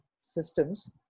systems